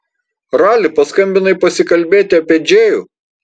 rali paskambinai pasikalbėti apie džėjų